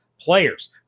players